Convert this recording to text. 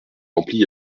rempli